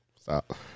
Stop